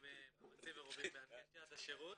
משקיעים מאמצים מרובים בהנגשת השירות.